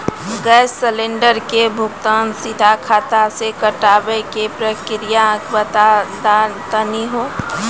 Gas cylinder के भुगतान सीधा खाता से कटावे के प्रक्रिया बता दा तनी हो?